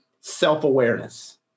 self-awareness